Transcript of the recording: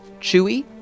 Chewie